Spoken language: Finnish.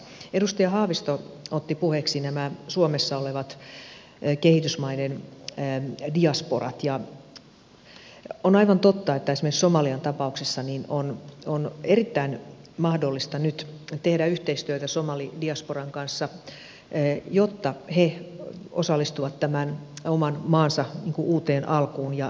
edustaja haavisto otti puheeksi nämä suomessa olevat kehitysmaiden diasporat ja on aivan totta että esimerkiksi somalian tapauksessa on erittäin mahdollista nyt tehdä yhteistyötä somalidiasporan kanssa jotta he osallistuvat tämän oman maansa uuteen alkuun ja jälleenrakennukseen